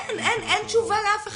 אין, אין תשובה לאף אחד.